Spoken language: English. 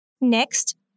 Next